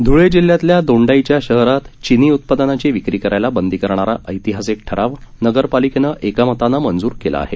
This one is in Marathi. धूळे जिल्ह्यातल्या दोंडाइचा शहरात चिनी उत्पादनाची विक्री करायला बंदी करणारा ऐतिहासिक ठराव नगरपालिकेनं एकमतानं मंजूर केला आहे